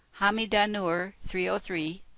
hamidanur303